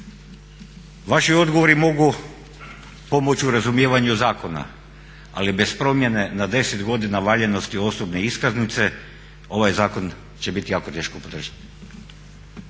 Vaši odgovori mogu pomoći u razumijevanju zakona, ali bez promjena na 10 godina valjanosti osobne iskaznice ovaj zakon će biti jako teško podržati.